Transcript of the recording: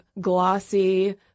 glossy